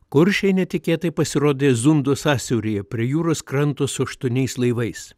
kuršiai netikėtai pasirodė zundo sąsiauryje prie jūros kranto su aštuoniais laivais